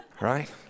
right